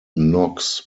knox